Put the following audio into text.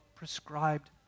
prescribed